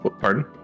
Pardon